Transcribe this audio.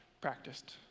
Practiced